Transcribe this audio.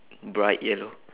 bright yellow